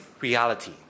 reality